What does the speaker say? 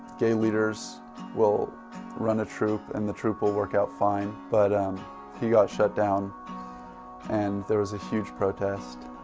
gay leaders will run a troop and the troop will work out fine but um he got shut down and there was a huge protest